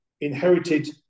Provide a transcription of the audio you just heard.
inherited